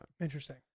Interesting